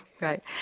right